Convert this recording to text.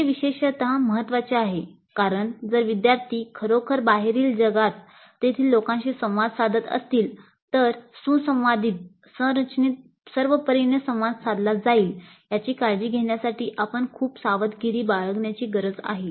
ते विशेषतः महत्वाचे आहे कारण जर विद्यार्थी खरोखर बाहेरील जगात तेथील लोकांशी संवाद साधत असतील तर सुसंवादित संरचित सर्वपरीने संवाद साधला जाईल याची काळजी घेण्यासाठी आपण खूप सावधगिरी बाळगण्याची गरज आहे